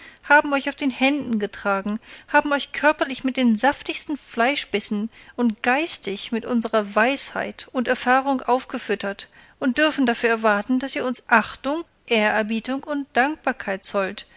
haben euch auf den händen getragen haben euch körperlich mit den saftigsten fleischbissen und geistig mit unserer weisheit und erfahrung aufgefüttert und dürfen dafür erwarten daß ihr uns achtung ehrerbietung und dankbarkeit zollt